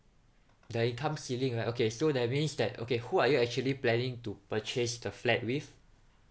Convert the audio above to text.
the income ceiling right okay so that means that okay who are you actually planning to purchase the flat with